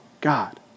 God